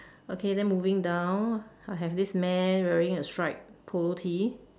okay then moving down I have this man wearing a stripe polo T